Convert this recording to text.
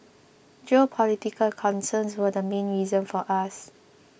geopolitical concerns were the main reason for us